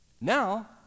Now